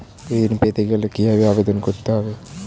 ঋণ পেতে গেলে কিভাবে আবেদন করতে হবে?